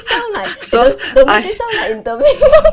sound like don't make it sound like